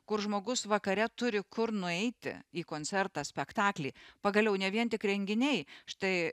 kur žmogus vakare turi kur nueiti į koncertą spektaklį pagaliau ne vien tik renginiai štai